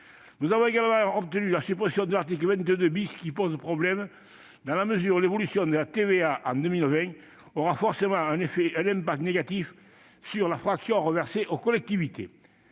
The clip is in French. Nous avons également obtenu la suppression de l'article 22, qui pose problème dans la mesure où l'évolution de la TVA en 2020 aura forcément un impact négatif sur la fraction reversée aux collectivités.